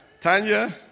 Tanya